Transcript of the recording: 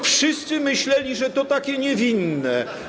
Wszyscy myśleli, że to takie niewinne.